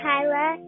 Kyla